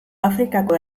afrikako